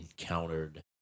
encountered